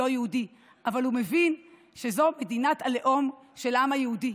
לא יהודי אבל הוא מבין שזו מדינת הלאום של העם היהודי.